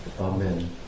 Amen